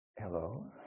hello